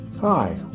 Hi